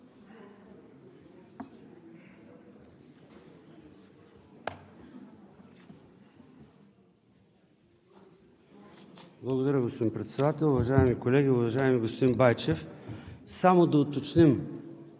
Благодаря, господин Председател. Уважаеми колеги, уважаеми господин Байчев, само да уточним